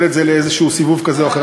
לנצל את זה לאיזשהו סיבוב כזה או אחר.